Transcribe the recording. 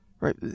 Right